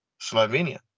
Slovenia